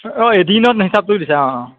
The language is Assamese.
অঁ এদিনত হিচাপটো দিছা অঁ অঁ